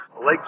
lake